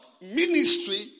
ministry